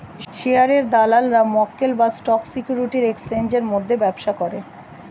শেয়ারের দালালরা মক্কেল বা স্টক সিকিউরিটির এক্সচেঞ্জের মধ্যে ব্যবসা করে